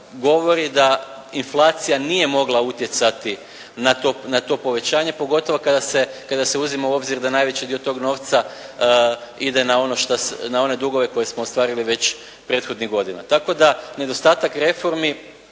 govori da inflacija nije mogla utjecati na to povećanje pogotovo kada se uzima u obzir da najveći dio tog novca ide na ono šta, na one dugove koje smo ostvarili već prethodnih godina. Tako da nedostatak reformi